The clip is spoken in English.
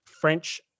French